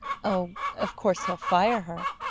oh, of course he'll fire her.